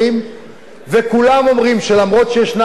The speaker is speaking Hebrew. וכולם אומרים שאף שישנה פה השקעה,